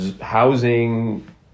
housing